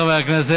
חבריי חברי הכנסת,